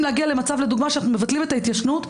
להגיע למצב שאנחנו מבטלים את ההתיישנות,